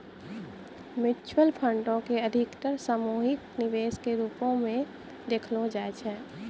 mutual फंडो के अधिकतर सामूहिक निवेश के रुपो मे देखलो जाय छै